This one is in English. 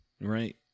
right